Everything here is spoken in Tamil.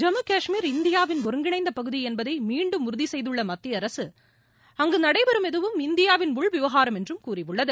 ஜம்மு காஷ்மீர் இந்தியாவின் ஒருங்கிணைந்த பகுதி என்பதை மீண்டும் உறுதி செய்துள்ள மத்திய அரக அங்கு நடைபெறும் எதுவும் இந்தியாவின் உள்விவகாரம் என்றும் கூறியுள்ளது